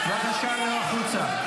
חיילי צה"ל,